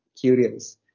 curious